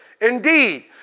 Indeed